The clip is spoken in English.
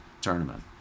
tournament